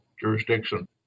jurisdiction